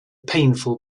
painful